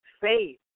Faith